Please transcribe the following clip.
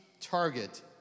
target